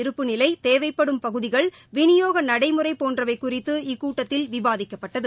இருப்புநிலை தேவைப்படும் பகுதிகள் விநியோக நடைமுறை போன்றவை குடிநீர் குறித்து இக்கூட்டத்தில் விவாதிக்கப்பட்டது